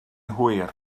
hwyr